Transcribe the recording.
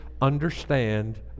understand